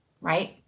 right